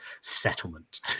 settlement